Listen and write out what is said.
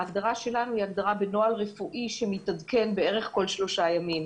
ההגדרה שלנו היא הגדרה בנוהל רפואי שמתעדכן בערך כל שלושה ימים,